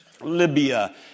Libya